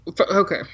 okay